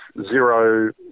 zero